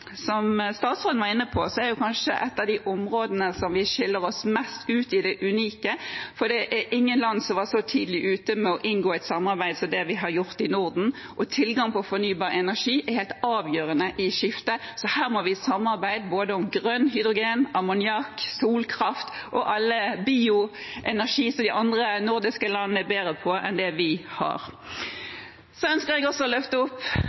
som statsråden var inne på, er det kanskje et av de områdene der vi skiller oss mest ut, i det unike, for det er ingen land som har vært så tidlig ute med å inngå et samarbeid som det vi har gjort i Norden. Tilgang på fornybar energi er helt avgjørende i skiftet, så her må vi samarbeide både om grønn hydrogen, ammoniakk, solkraft og bioenergi, som de andre nordiske landene er bedre på enn det vi er. Så ønsker jeg også å løfte opp